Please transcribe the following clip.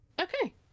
Okay